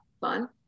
fun